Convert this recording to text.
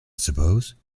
suppose